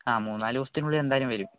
ആ മൂന്നുനാല് ദിവസത്തിനുള്ളിൽ എന്തായാലും വരും